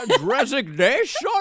resignation